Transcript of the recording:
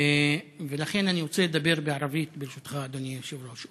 ולכן אני רוצה לדבר בערבית, אדוני היושב-ראש.